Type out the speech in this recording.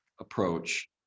approach